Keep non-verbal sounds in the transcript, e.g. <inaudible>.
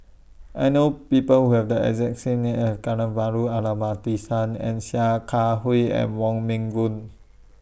I know People Who Have The exact same name as <unintelligible> and Sia Kah Hui and Wong Meng Voon